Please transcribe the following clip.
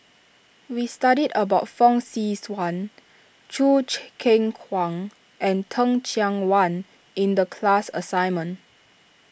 we studied about Fong Swee Suan Choo Keng Kwang and Teh Cheang Wan in the class assignment